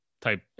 type